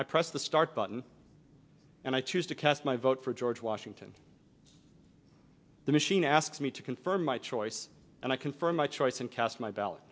i press the start button and i choose to cast my vote for george washington the machine asks me to confirm my choice and i confirm my choice and cast my ballot